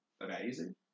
amazing